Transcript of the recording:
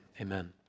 Amen